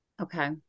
Okay